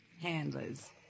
handlers